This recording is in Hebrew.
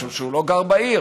משום שהוא לא גר בעיר.